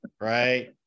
right